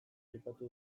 aipatu